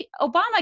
Obama